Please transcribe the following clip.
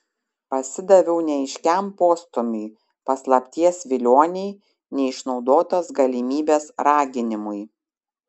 pasidaviau neaiškiam postūmiui paslapties vilionei neišnaudotos galimybės raginimui